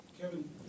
Kevin